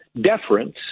deference